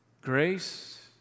grace